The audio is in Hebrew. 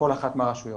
₪ לכל אחת מהרשויות.